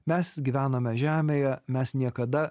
mes gyvename žemėje mes niekada